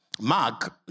Mark